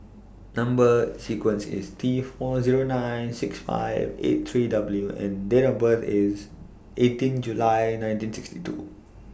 Number sequence IS T four Zero nine six five eight three W and Date of birth IS eighteen July nineteen sixty two